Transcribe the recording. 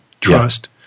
trust